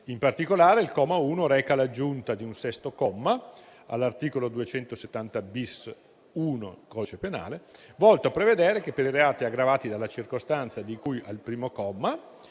In particolare, il comma 1 reca l'aggiunta di un comma 6 all'articolo 270-*bis*.1 del codice penale, volto a prevedere che per i reati aggravati dalla circostanza di cui al comma